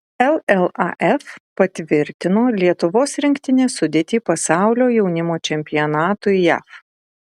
llaf patvirtino lietuvos rinktinės sudėtį pasaulio jaunimo čempionatui jav